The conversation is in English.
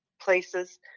places